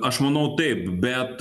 aš manau taip bet